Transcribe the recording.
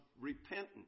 repentance